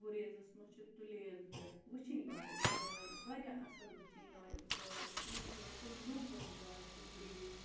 گُریزَس مَنٛز چھُ تُلیل تہِ وٕچھِنۍ لایق جاے واریاہ اصل وٕچھِنۍ لایق جاے شوٗبوٕنۍ تہٕ لوٗبوٕنۍ جاے چھِ گُریز